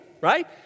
right